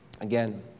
again